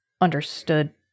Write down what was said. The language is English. understood